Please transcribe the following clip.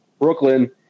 Brooklyn